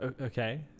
Okay